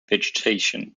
vegetation